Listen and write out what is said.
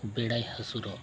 ᱵᱮᱲᱟᱭ ᱦᱟᱹᱥᱩᱨᱚᱜ